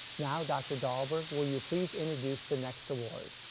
now, dr. dahlberg, will you please introduce the next award.